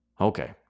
Okay